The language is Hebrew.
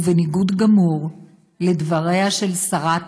ובניגוד גמור לדבריה של שרת